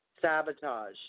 sabotage